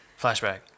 flashback